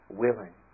willing